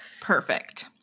Perfect